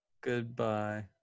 Goodbye